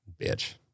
bitch